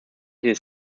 his